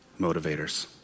motivators